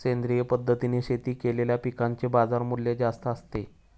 सेंद्रिय पद्धतीने शेती केलेल्या पिकांचे बाजारमूल्य जास्त असते